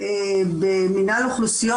מנהלת ההכשרות,